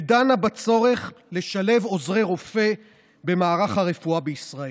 ודנה בצורך לשלב עוזרי רופא במערך הרפואה בישראל.